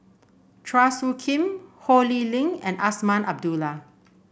Chua Soo Khim Ho Lee Ling and Azman Abdullah